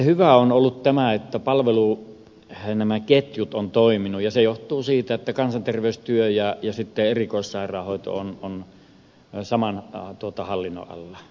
hyvää on ollut tämä että palveluketjut ovat toimineet ja se johtuu siitä että kansanterveystyö ja erikoissairaanhoito ovat saman hallinnon alla